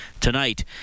tonight